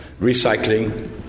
recycling